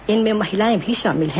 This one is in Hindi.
इनमें महिलाए भी शामिल हैं